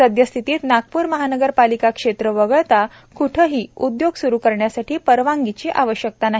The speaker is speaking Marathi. सद्यास्थितीत नागपूर महानगर पालिका क्षेत्र वगळता कोठेही उद्योग स्रू करण्यासाठी परवानगीची आवश्यकता नाही